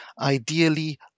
ideally